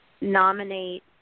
nominate